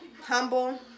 humble